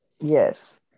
yes